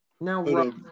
now